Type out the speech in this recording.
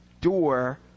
door